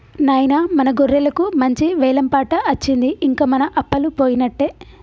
నాయిన మన గొర్రెలకు మంచి వెలం పాట అచ్చింది ఇంక మన అప్పలు పోయినట్టే